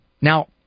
Now